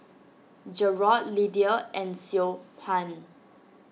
Jerod Lydia and Siobhan